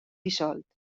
dissolt